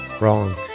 wrong